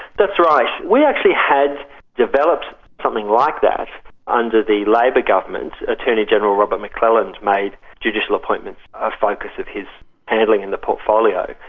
that's right. we actually had developed something like that under the labor government. attorney general robert mcclelland made judicial appointments a focus of his handling in the portfolio.